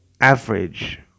average